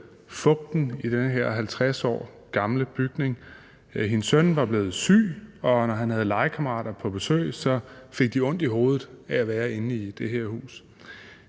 fugten i den her 50 år gamle bygning. Hendes søn var blevet syg, og når han havde legekammerater på besøg, fik de ondt i hovedet af at være inde i det hus.